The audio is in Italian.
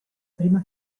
prima